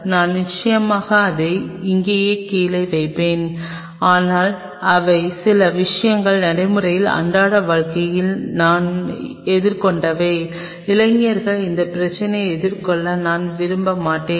நான் நிச்சயமாக அதை அங்கேயே கீழே வைப்பேன் ஆனால் இவை சில விஷயங்கள் நடைமுறையில் அன்றாட வாழ்க்கையில் நான் எதிர்கொண்டவை இளைஞர்கள் அந்தப் பிரச்சினையை எதிர்கொள்ள நான் விரும்ப மாட்டேன்